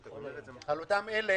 על אותם אלה